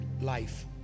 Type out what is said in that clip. life